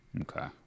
Okay